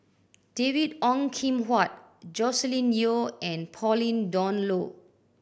David Ong Kim Huat Joscelin Yeo and Pauline Dawn Loh